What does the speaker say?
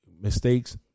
mistakes